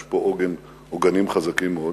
יש פה עוגנים חזקים מאוד.